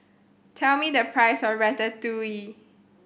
tell me the price of Ratatouille